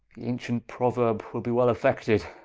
ancient prouerbe will be well effected,